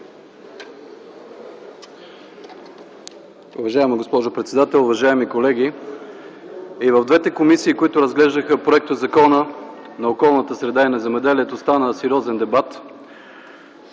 Уважаема госпожо председател, уважаеми колеги! И в двете комисии, които разглеждаха проектозакона на околната среда и земеделието, стана сериозен дебат.